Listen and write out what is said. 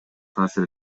таасир